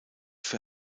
für